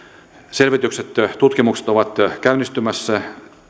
selvitykset ja tutkimukset ovat käynnistymässä